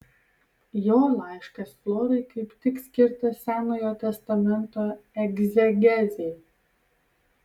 jo laiškas florai kaip tik skirtas senojo testamento egzegezei